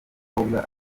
umukobwa